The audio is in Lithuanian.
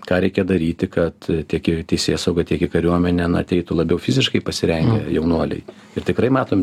ką reikia daryti kad tiek į teisėsaugą tiek į kariuomenę na ateitų labiau fiziškai pasirengę jaunuoliai ir tikrai matom